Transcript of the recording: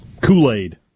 Kool-Aid